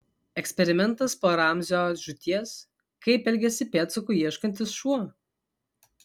eksperimentas po ramzio žūties kaip elgiasi pėdsakų ieškantis šuo